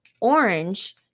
orange